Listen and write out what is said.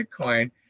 Bitcoin